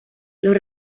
los